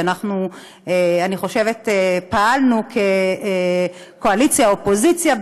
שאני חושבת שפעלנו כקואליציה אופוזיציה,